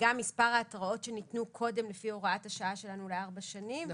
וגם מספר ההתראות שניתנו קודם לפי הוראת השעה שלנו לארבע שנים,